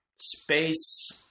space